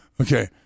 Okay